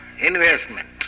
investment